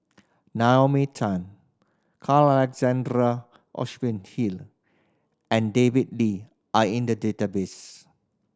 Naomi Tan Carl Alexander Hill and David Lee are in the database